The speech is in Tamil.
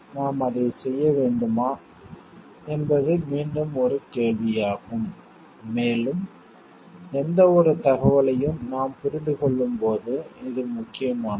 நாம் அதைச் செய்ய வேண்டுமா என்பது மீண்டும் ஒரு கேள்வியாகும் மேலும் எந்தவொரு தகவலையும் நாம் புரிந்து கொள்ளும்போது இது முக்கியமானது